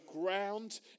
ground